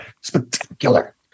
spectacular